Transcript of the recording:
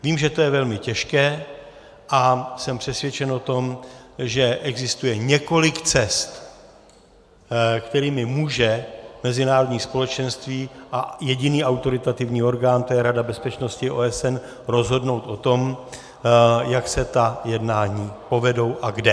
Vím, že to je velmi těžké, a jsem přesvědčen o tom, že existuje několik cest, kterými může mezinárodní společenství a jediný autoritativní orgán, to je Rada bezpečnosti OSN, rozhodnout o tom, jak se ta jednání povedou a kde.